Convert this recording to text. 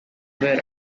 were